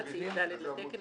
סעיף ד לתקן,